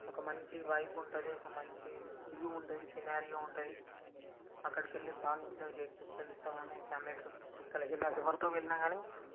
ఒక మంచి వైబ్ ఉంటుంది ఒక మంచి వ్యూ ఉంటుంది సినారియో ఉంటుంది అక్కడికి వెళ్ళి బాగా ఎంజాయ్ చేయొచ్చు ఫ్రెండ్స్తో కానీ ఫ్యామిలీ ట్రిప్ ఎక్కడ ఎలా ఎవరితో వెళ్ళినా కానీ